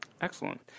Excellent